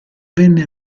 venne